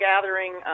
gathering